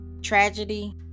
tragedy